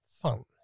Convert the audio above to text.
fun